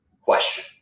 question